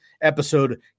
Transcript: episode